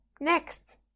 Next